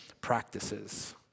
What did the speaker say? practices